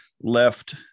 left